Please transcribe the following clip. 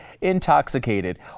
intoxicated